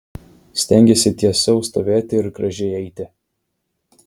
stengiesi tiesiau stovėti ir gražiai eiti